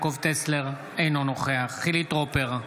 אינו נוכח חילי טרופר,